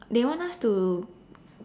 they want us to